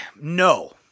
No